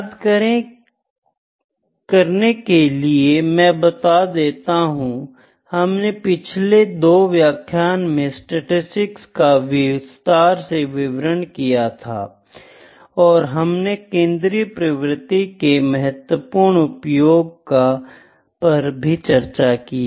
याद करने के लिए मैं बता देता हूँ हमने पिछले 2 व्याख्यानों में स्टेटिस्टिक्स का विस्तार से वर्णन किया था और हमने केंद्रीय प्रवृत्ति के महत्वपूर्ण उपायों पर चर्चा की